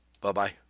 Bye-bye